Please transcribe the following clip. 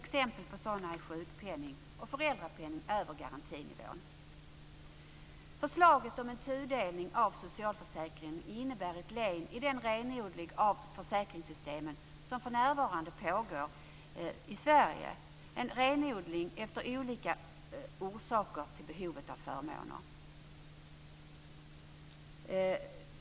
Exempel på sådana är sjukpenning och föräldrapenning över garantinivån. Förslaget om en tudelning av socialförsäkringen är ett led i den renodling av försäkringssystemen som för närvarande pågår i Sverige, baserad på olika orsaker till behovet av förmåner.